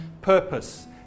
purpose